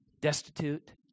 Destitute